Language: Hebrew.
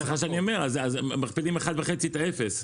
אז סליחה שאני אומר, מכפילים באחד וחצי את האפס.